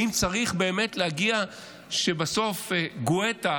האם צריך להגיע לכך שבסוף גואטה,